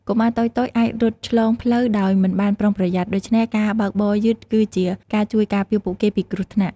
កុមារតូចៗអាចរត់ឆ្លងផ្លូវដោយមិនបានប្រុងប្រយ័ត្នដូច្នេះការបើកបរយឺតគឺជាការជួយការពារពួកគេពីគ្រោះថ្នាក់។